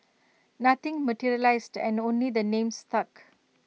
nothing materialised and only the name stuck